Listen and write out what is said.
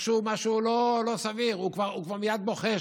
משהו לא סביר, הוא כבר מייד בוחש.